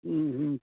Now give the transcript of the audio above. ह्म्म ह्म्म